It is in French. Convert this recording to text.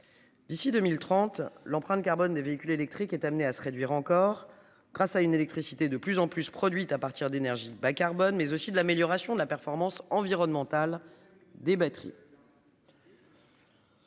D'ici 2030 l'empreinte carbone des véhicules électriques est amené à se réduire encore grâce à une électricité de plus en plus produite à partir d'énergies bas carbone mais aussi de l'amélioration de la performance environnementale des batteries.